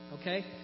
okay